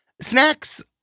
Snacks